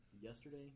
yesterday